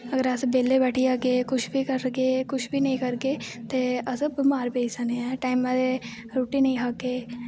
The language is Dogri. अगर अस बेल्ले बैठी जागे कुश बी करगे कुश बी नेंई करगे ते अस बमार पेई सकने ऐं टाईमा दे रुट्टी नेंई खाह्गे